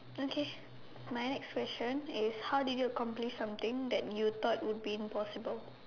okay my next question is how do you accomplish something that you thought would be impossible